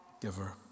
giver